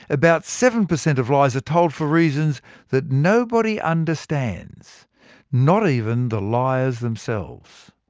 about seven percent of lies are told for reasons that nobody understands not even the liars themselves.